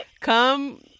Come